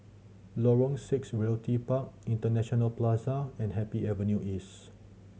Lorong Six Realty Park International Plaza and Happy Avenue East